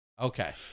Okay